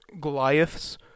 goliaths